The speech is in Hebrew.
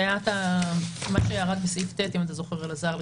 אתה זוכר אלעזר,